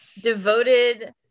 devoted